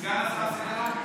סגן השר סגלוביץ'.